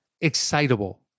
excitable